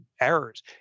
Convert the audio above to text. errors